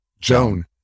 joan